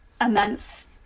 immense